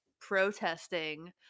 protesting